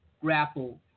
grapple